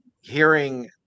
hearing